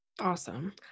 Awesome